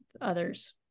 others